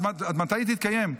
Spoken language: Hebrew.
עד מתי היא תתקיים?